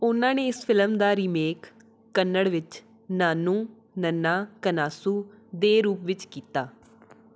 ਉਨ੍ਹਾਂ ਨੇ ਇਸ ਫਿਲਮ ਦਾ ਰੀਮੇਕ ਕੰਨੜ ਵਿੱਚ ਨਾਨੂ ਨੰਨਾ ਕਨਾਸੂ ਦੇ ਰੂਪ ਵਿੱਚ ਕੀਤਾ